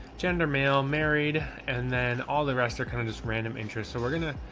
gender, male, married, and then all the rest are kind of just random interests. so we're gonna,